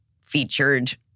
featured